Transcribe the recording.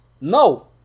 No